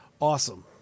awesome